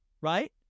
right